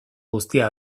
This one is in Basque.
guztia